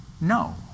no